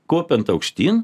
kopiant aukštyn